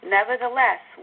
Nevertheless